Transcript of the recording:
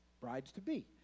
brides-to-be